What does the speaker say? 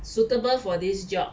suitable for this job